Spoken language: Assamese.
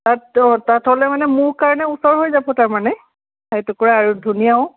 তাত অঁ তাত হ'লে মানে মোৰ কাৰণে ওচৰ হৈ যাব তাৰমানে ঠাইটুকুৰা আৰু ধুনীয়াও